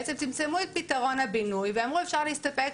בעצם צמצמו את פתרון הבינוי ואמרו אפשר להסתפק